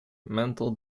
mental